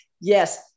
yes